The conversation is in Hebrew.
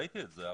ראיתי את זה.